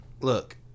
Look